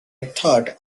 thought